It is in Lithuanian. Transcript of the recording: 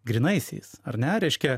grynaisiais ar ne reiškia